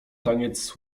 taniec